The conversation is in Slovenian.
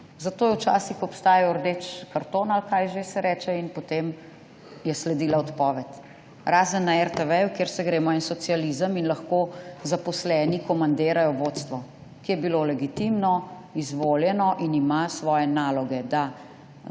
Zato je včasih obstajal rdeči karton ali kako se že reče in potem je sledila odpoved. Razen na RTV, kjer se gremo en socializem in lahko zaposleni komandirajo vodstvo, ki je bilo legitimno izvoljeno in ima svoje naloge, da